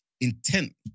intent